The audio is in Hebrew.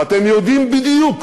ואתם יודעים בדיוק